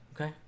Okay